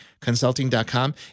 Consulting.com